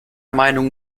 meinung